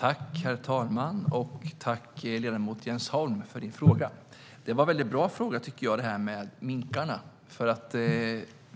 Herr talman! Jag tackar ledamoten Jens Holm för frågan. Frågan om minkarna var väldigt bra, tycker jag.